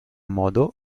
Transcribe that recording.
modo